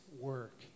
work